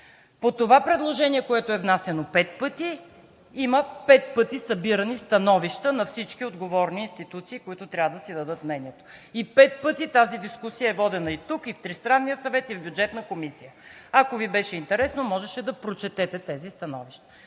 по това предложение, което е внасяно пет пъти, има пет пъти събирани становища на всички отговорни институции, които трябва да си дадат мнението, пет пъти тази дискусия е водена и тук, и в Тристранния съвет, и в Бюджетната комисия. Ако Ви беше интересно, можеше да прочетете тези становища.